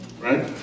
Right